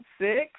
six